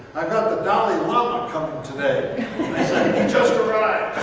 i've got the dalai lama today. he just arrived.